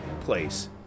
place